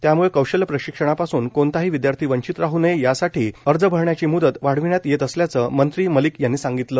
त्यामूळं कौशल्य प्रशिक्षणापासून कोणताही विद्यार्थी वंचित राह नये यासाठी अर्ज भरण्याची मुदत वाढविण्यात येत असल्याचं मंत्री मलिक यांनी सांगितलं